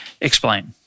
Explain